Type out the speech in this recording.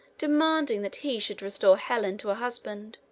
demanding that he should restore helen to her husband.